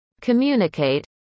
communicate